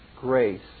grace